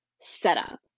setup